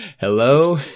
hello